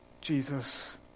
Jesus